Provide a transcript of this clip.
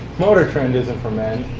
motor trend isn't for men.